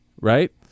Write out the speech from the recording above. Right